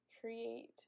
create